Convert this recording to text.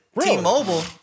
T-Mobile